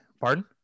Pardon